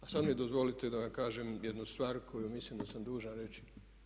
A sad mi dozvolite da vam kažem jednu stvar koju mislim da sam dužan reći.